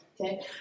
okay